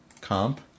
comp